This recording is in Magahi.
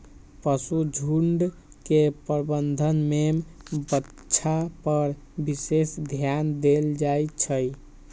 पशुझुण्ड के प्रबंधन में बछा पर विशेष ध्यान देल जाइ छइ